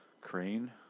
Crane